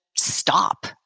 stop